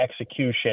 execution